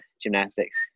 gymnastics